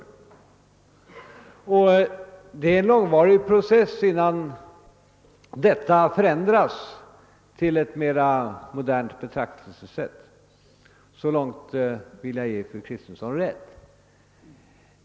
Det är en långvarig process innan det då blir ett mer modernt betraktelsesätt. Så långt ger jag fru Kristensson rätt.